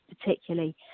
particularly